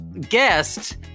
guest